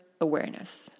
awareness